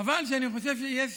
חבל, אני חושב שיש